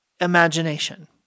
imagination